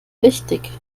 wichtig